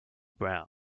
brown